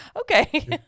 okay